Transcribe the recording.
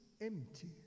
empty